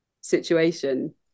situation